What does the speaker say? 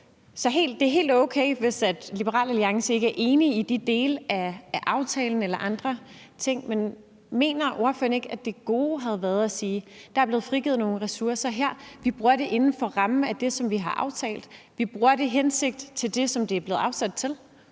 Det er helt okay, hvis Liberal Alliance ikke er enig i de dele af aftalen eller andre ting, men mener ordføreren ikke, at det gode havde været at sige: Der er blevet frigivet nogle ressourcer her, og dem bruger vi inden for rammen af det, som vi har aftalt; vi bruger dem til det, det har været hensigten